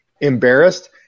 embarrassed